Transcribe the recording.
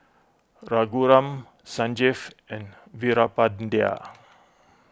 Raghuram Sanjeev and Veerapandiya